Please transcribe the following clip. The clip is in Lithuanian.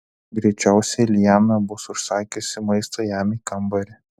greičiausiai liana bus užsakiusi maisto jam į kambarį